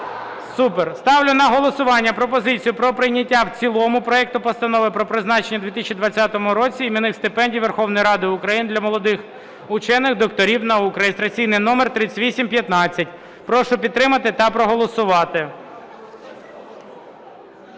Супер. Ставлю на голосування пропозицію про прийняття в цілому проекту Постанови про призначення у 2020 році іменних стипендій Верховної Ради України для молодих учених – докторів наук (реєстраційний номер 3815). Прошу підтримати та проголосувати.